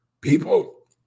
People